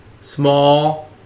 small